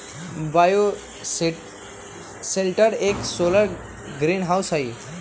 bioshelter एक solar greenhouse हई